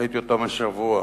ראיתי אותם השבוע.